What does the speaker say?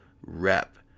rep